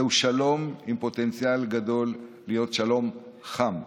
זהו שלום עם פוטנציאל גדול להיות שלום חם.